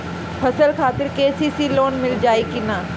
फसल खातिर के.सी.सी लोना मील जाई किना?